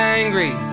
angry